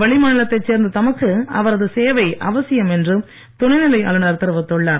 வெளிமாநிலத்தைச் சேர்ந்த தமக்கு அவரது சேவை அவசியம் என்று துணைநிலை ஆளுநர் தெரிவித்துள்ளார்